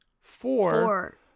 Four